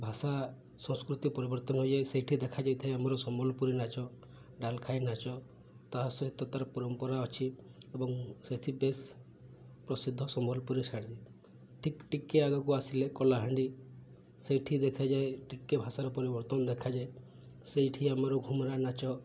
ଭାଷା ସଂସ୍କୃତି ପରିବର୍ତ୍ତନ ହୋଇଯାଏ ସେଇଠି ଦେଖାଯାଇଥାଏ ଆମର ସମ୍ବଲପୁରୀ ନାଚ ଡାଲଖାଇ ନାଚ ତା' ସହିତ ତା'ର ପରମ୍ପରା ଅଛି ଏବଂ ସେଠି ବେଶ ପ୍ରସିଦ୍ଧ ସମ୍ବଲପୁରୀ ଶାଢ଼ୀ ଠିକ୍ ଟିକେ ଆଗାକୁ ଆସିଲେ କଳାହାଣ୍ଡି ସେଇଠି ଦେଖାଯାଏ ଟିକେ ଭାଷାର ପରିବର୍ତ୍ତନ ଦେଖାଯାଏ ସେଇଠି ଆମର ଘୁମୁରା ନାଚ